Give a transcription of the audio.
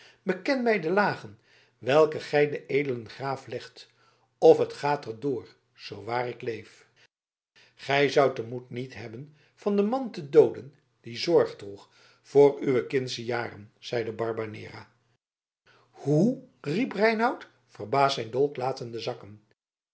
beken mij de lagen welke gij den edelen graaf legt of het gaat er door zoo waar ik leef gij zoudt den moed niet hebben van den man te dooden die zorg droeg voor uw kindsche jaren zeide barbanera hoe riep reinout verbaasd zijn dolk latende zakken